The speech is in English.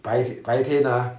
白白天 ah